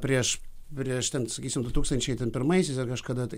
prieš prieš ten sakysim du tūkstančiai pirmaisiais ar kažkada tai